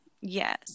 Yes